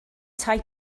tai